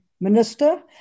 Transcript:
Minister